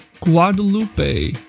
Guadalupe